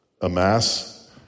amass